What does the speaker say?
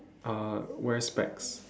uh wear specs